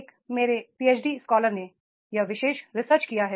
एक मेरे पीएचडी छात्र ने यह विशेष शोध किया है